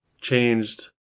changed